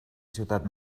ciutat